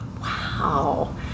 Wow